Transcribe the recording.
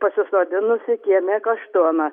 pasisodinusi kieme kaštoną